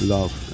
Love